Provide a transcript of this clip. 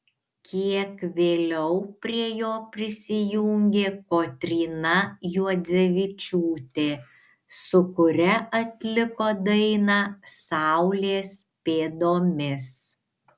kiek vėliau prie jo prisijungė kotryna juodzevičiūtė su kuria atliko dainą saulės pėdomis